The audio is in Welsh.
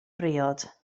briod